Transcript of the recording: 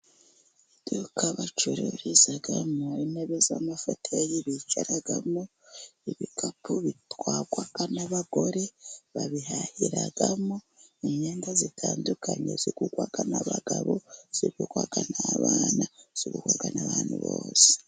Iduka bacururizamo intebe z'amafoteye bicaramo, ibikapu bitwarwa n'abagore, babihahiramo imyenda, itandukanye. Igurwa n'abagabo, igurwa n'abana. Iburwa n'abantu bose.